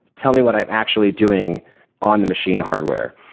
tell me what i'm actually doing on the machine hardware?